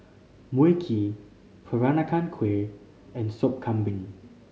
Mui Kee Peranakan Kueh and Sop Kambing